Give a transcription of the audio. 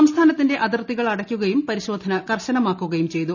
സംസ്ഥാനത്തിന്റെ അതിർത്തികൾ അടയ്ക്കുകയും പരിശോധന കർശനമാക്കുകയും ചെയ്തു